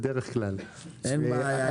ראשית,